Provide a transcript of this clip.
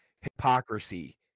hypocrisy